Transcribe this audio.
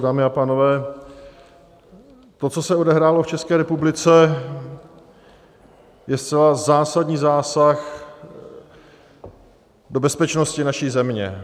Dámy a pánové, to, co se odehrálo v České republice, je zcela zásadní zásah do bezpečnosti naší země.